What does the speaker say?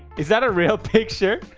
is that a real picture?